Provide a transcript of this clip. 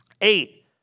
eight